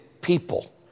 people